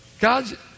God